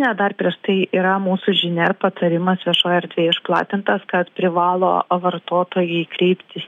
ne dar prieš tai yra mūsų žinia ir patarimas viešoj erdvėj išplatintas kad privalo vartotojai kreiptis